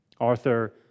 Arthur